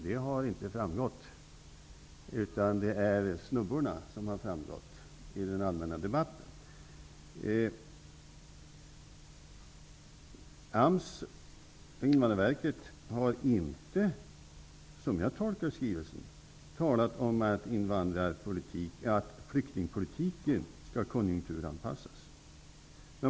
Det har inte framgått, utan det är snubborna som har framgått i den allmänna debatten. AMS och Invandrarverket har inte, som jag tolkar skrivelsen, talat om att flyktingpolitiken skall konjunkturanpassas.